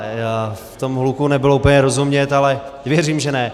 V tom hluku nebylo úplně rozumět, ale věřím, že ne.